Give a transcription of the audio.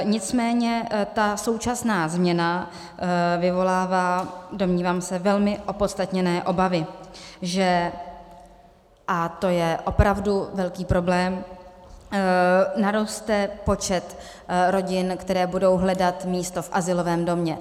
Nicméně ta současná změna vyvolává, domnívám se, velmi opodstatněné obavy, že a to je opravdu velký problém naroste počet rodin, které budou hledat místo v azylovém domě.